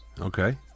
Okay